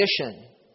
condition